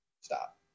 Stop